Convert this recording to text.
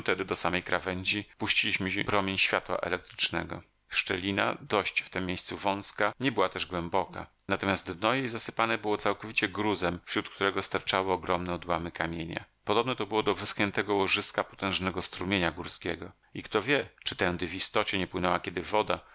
tedy do samej krawędzi puściliśmy promień światła elektrycznego szczelina dość w tem miejscu wazka nie była też głęboka natomiast dno jej zasypane było całkowicie gruzem wśród którego sterczały ogromne odłamy kamienia podobne to było do wyschniętego łożyska potężnego strumienia górskiego i kto wie czy tędy w istocie nie płynęła kiedy woda